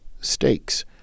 stakes